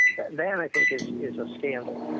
that and and i think is is a scandal,